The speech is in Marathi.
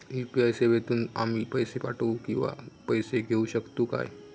यू.पी.आय सेवेतून आम्ही पैसे पाठव किंवा पैसे घेऊ शकतू काय?